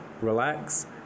relax